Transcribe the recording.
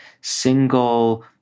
single